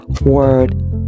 word